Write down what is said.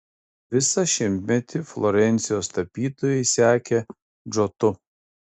visą šimtmetį florencijos tapytojai sekė džotu